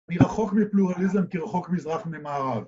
‫היא רחוק מפלורליזם ‫כרחוק מזרח ממערב.